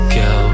go